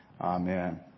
amen